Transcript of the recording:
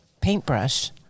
paintbrush